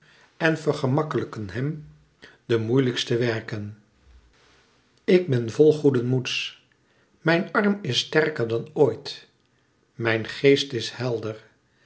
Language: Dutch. en vergemakkelijken hem de moeilijke werken ik ben vol goeden moeds mijn arm is sterker dan ooit mijn geest is helder